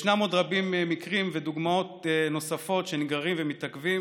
ישנם עוד דוגמאות נוספות למקרים רבים שנגררים ומתעכבים,